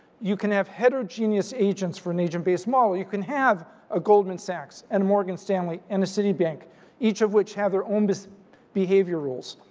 you can have heterogeneous agents for an agent-based model. you can have a goldman sachs and morgan stanley and a citibank each of which have their own best behavior rules.